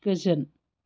गोजोन